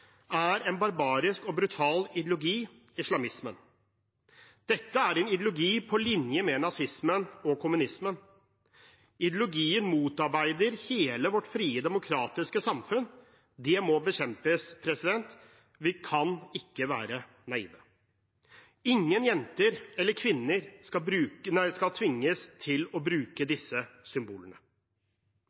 er en barbarisk og brutal ideologi, islamismen. Det er en ideologi på linje med nazismen og kommunismen. Ideologien motarbeider hele vårt frie, demokratiske samfunn. Det må bekjempes. Vi kan ikke være naive. Ingen jenter eller kvinner skal tvinges til å bruke disse symbolene.